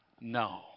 no